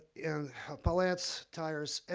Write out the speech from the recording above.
and pallets, tires, and